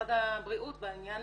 משרד הבריאות בעניין הזה.